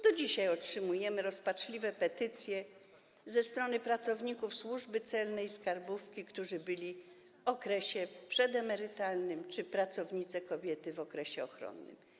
Do dzisiaj otrzymujemy rozpaczliwe petycje ze strony pracowników Służby Celnej i skarbówki, którzy byli w okresie przedemerytalnym, czy pracownic kobiet w okresie ochronnym.